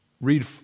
Read